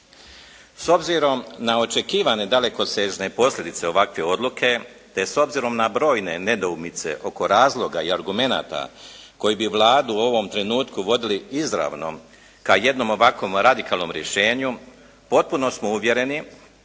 S obzirom na očekivane dalekosežne posljedice ovakve odluke te s obzirom na brojne nedoumice oko razloga i argumenata koji bi Vladu u ovom trenutku vodili izravnom, ka jednom ovakvom radikalnom rješenju potpuno smo uvjereni